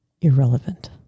irrelevant